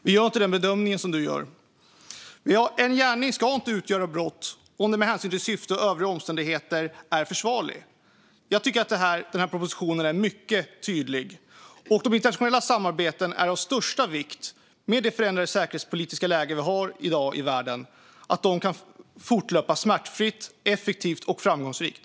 Fru talman! Vi gör inte den bedömningen. En gärning ska som sagt inte utgöra brott om den med hänsyn till syfte och övriga omständigheter är försvarlig. Jag tycker att propositionen är mycket tydlig här. I dagens förändrade säkerhetspolitiska läge är det av största vikt att de internationella samarbetena kan fortlöpa smärtfritt, effektivt och framgångsrikt.